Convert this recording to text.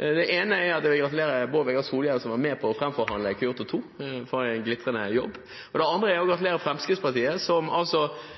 Den ene jeg vil gratulere, er Bård Vegar Solhjell, som var med på å framforhandle Kyoto 2, og gjorde en glitrende jobb. De andre jeg vil gratulere, er Fremskrittspartiet, som – jeg skal ikke si på mystisk vis – har landet på at de slutter å